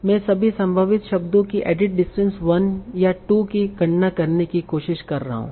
मैं सभी संभावित शब्दों की एडिट डिस्टेंस 1 या 2 की गणना करने की कोशिश कर रहा हूँ